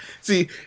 See